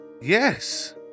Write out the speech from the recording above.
Yes